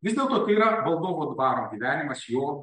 vis dėlto tai yra valdovo dvaro gyvenimas jo